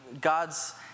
God's